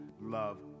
love